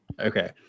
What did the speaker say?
Okay